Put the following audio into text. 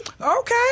Okay